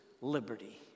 liberty